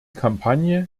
kampagne